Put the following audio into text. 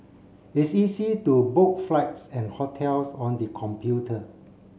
it's easy to book flights and hotels on the computer